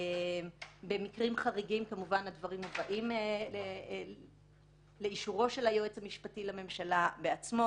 במקרים חריגים הדברים מובאים לאישורו של היועץ המשפטי לממשלה בעצמו.